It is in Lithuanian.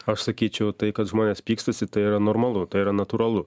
aš sakyčiau tai kad žmonės pykstasi tai yra normalu tai yra natūralu